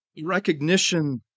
recognition